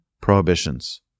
prohibitions